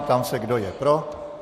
Ptám se, kdo je pro.